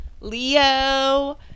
Leo